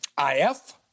IF-